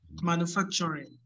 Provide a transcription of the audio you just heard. manufacturing